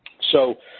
so,